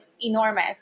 enormous